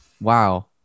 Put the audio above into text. Wow